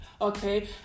okay